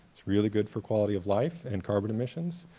it's really good for quality of life and carbon emissions.